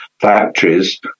factories